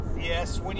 Yes